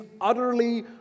utterly